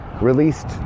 released